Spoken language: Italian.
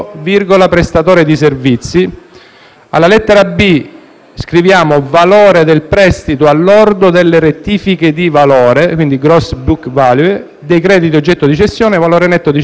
Alla lettera *b)* scriviamo «valore del prestito al lordo delle rettifiche di valore (*gross book value*) dei crediti oggetto di cessione, valore netto di cessione, valore nominale titoli emessi».